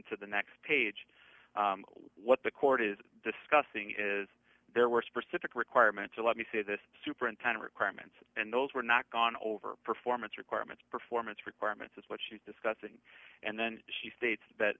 into the next page what the court is discussing is there were specific requirements or let me say this superintendent requirements and those were not gone over performance requirements performance requirements is what she was discussing and then she states that